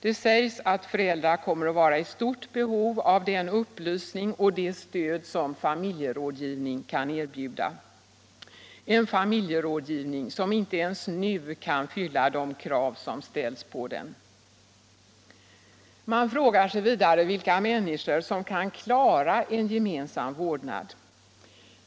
Där sägs att föräldrar kommer att vara i stort behov av den upplysning och det stöd som familjerådgivning kan erbjuda — en familjerådgivning som inte ens nu kan fylla de krav som ställs på den. Man frågar sig vidare vilka människor som kan klara en gemensam vårdnad.